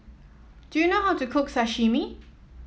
do you know how to cook Sashimi